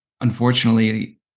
unfortunately